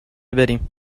بریم